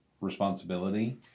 responsibility